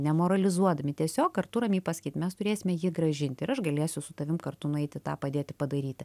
nemoralizuodami tiesiog kartu ramiai pasakyt mes turėsime jį grąžint ir aš galėsiu su tavim kartu nueiti tą padėti padaryti